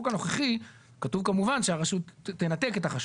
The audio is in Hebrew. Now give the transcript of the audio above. הנקודה השנייה שעלתה היא כיצד החיבור